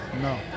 no